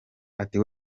ati